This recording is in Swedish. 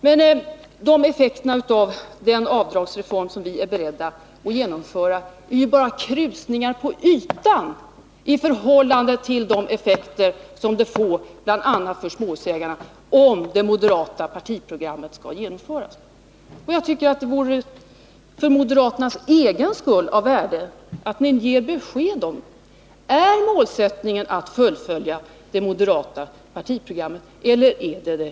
Men effekterna av den avdragsreform som vi är beredda att genomföra är bara krusningar på ytan i förhållande till effekterna bl.a. för småhusägarna om det moderata partiprogrammet skulle genomföras. För moderaternas egen skull vore det av värde att ge besked om huruvida er målsättning är att fullfölja det moderata partiprogrammet.